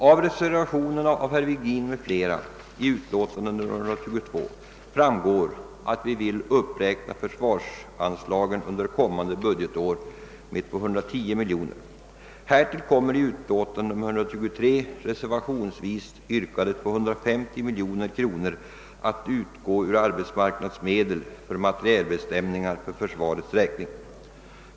m.fl. vid utlåtande nr 122 framgår att vi vill uppräkna försvarsanslagen under kommande budgetår med 210 miljoner. Härtill kommer i utlåtande nr 123 reservationsvis yrkade 250 miljoner kronor att utgå ur arbetsmarknadsmedel för materielbeställningar för försvarets räkning.